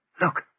Look